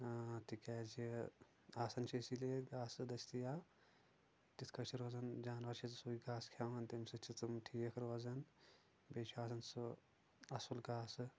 آ تِکیازِ آسان چھِ اسۍ ییٚلہِ یہِ گاسہٕ دٔستِیاب تِتھ کٲٹھۍ چھِ روزان جانور چھِ سُے گاسہٕ کھٮ۪وان تمہِ سۭتۍ چھِ تِم ٹھیٖک روزان بییٚہِ چھُ آسان سُہ اصُل گاسہٕ